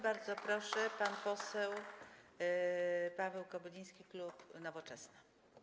Bardzo proszę, pan poseł Paweł Kobyliński, klub Nowoczesna.